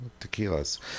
tequilas